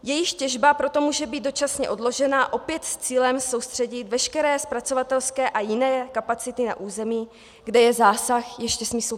Jejich těžba proto může být dočasně odložena, opět s cílem soustředit veškeré zpracovatelské a jiné kapacity na území, kde je zásah ještě smysluplný.